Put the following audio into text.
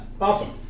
awesome